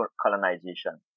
colonization